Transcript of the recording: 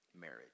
marriage